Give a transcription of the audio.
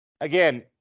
again